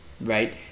right